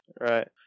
Right